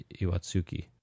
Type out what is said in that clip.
Iwatsuki